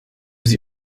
sie